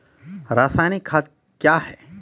रसायनिक खाद कया हैं?